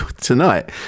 tonight